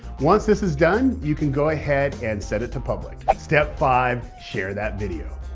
once this is done, you can go ahead and set it to public. step five share that video.